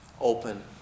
open